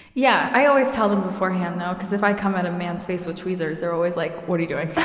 yeah, i always tell them beforehand, though, because if i come at a man's face with tweezers they're always like, what are you doing?